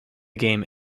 game